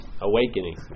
Awakening